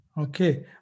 Okay